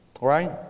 right